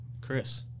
Chris